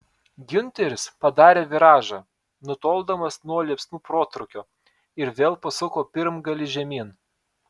giunteris padarė viražą nutoldamas nuo liepsnų protrūkio ir vėl pasuko pirmgalį žemyn